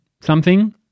something-